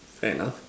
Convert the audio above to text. fair enough